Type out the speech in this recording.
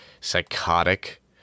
psychotic